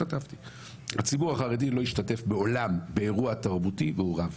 הציבור החרדי לא השתתף מעולם באירוע תרבותי מעורב.